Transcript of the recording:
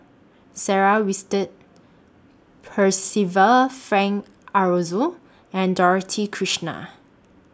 Sarah Winstedt Percival Frank Aroozoo and Dorothy Krishnan